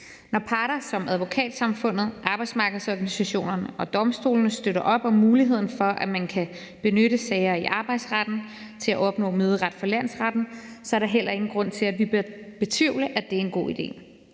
Når parter som Advokatsamfundet, arbejdsmarkedesorganisationerne og domstolenes støtter op om muligheden for, at man kan benytte sager i arbejdsretten til at opnå møderet for landsretten, er der heller ingen grund til at betvivle, at det er en god idé.